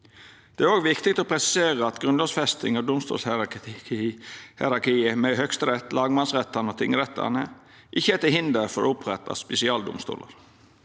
Det er òg viktig å presisera at grunnlovsfesting av domstolshierarkiet med Høgsterett, lagmannsrettane og tingrettane ikkje er til hinder for å oppretta spesialdomstolar.